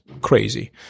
crazy